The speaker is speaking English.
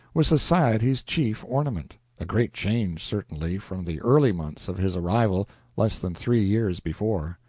was society's chief ornament a great change, certainly, from the early months of his arrival less than three years before.